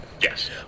Yes